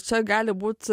čia gali būt